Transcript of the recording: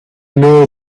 know